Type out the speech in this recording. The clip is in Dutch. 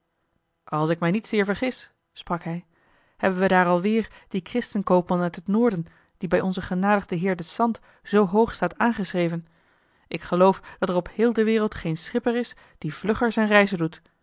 als ik mij niet zeer vergis sprak hij hebben we daar alweer dien christen koopman uit het noorden die bij onzen genadigden heer den sant zoo hoog staat aangeschreven ik geloof dat er op heel de wereld geen schipper is die vlugger zijn reizen doet